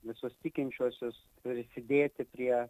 visus tikinčiuosius prisidėti prie